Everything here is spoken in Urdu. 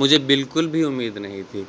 مجھے بالکل بھی امید نہیں تھی